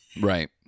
right